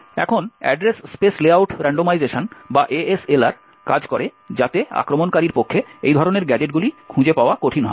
এখন address space layout randomization বা ASLR কাজ করে যাতে আক্রমণকারীর পক্ষে এই ধরনের গ্যাজেটগুলি খুঁজে পাওয়া কঠিন হয়